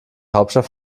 hauptstadt